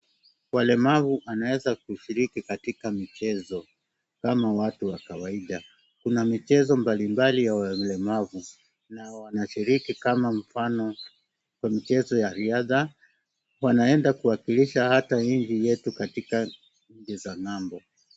Walemavu wanaweza kushiriki katika michezo kama watu wa kawaida, kuna michezo mbalimbali ya walemavu na wanashiriki kama mfano, kwa mchezo wa riadha, wanaenda kuwakilisha nchi yetu katika nchi za ng'ambo.